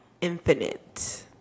Infinite